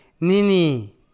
Nini